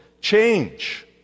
change